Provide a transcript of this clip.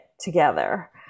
together